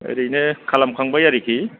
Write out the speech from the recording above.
ओरैनो खालामखांबाय आरोखि